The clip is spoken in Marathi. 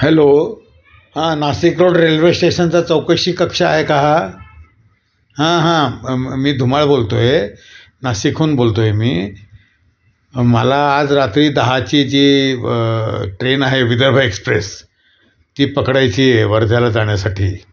हॅलो हा नाशिक रोड रेल्वे स्टेशनचा चौकशी कक्ष आहे का हां हां मी धुमाळ बोलतोय नाशिकहून बोलतोय मी मला आज रात्री दहाची जी ट्रेन आहे विदर्भ एक्सप्रेस ती पकडायची आहे वर्ध्याला जाण्यासाठी